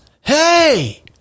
hey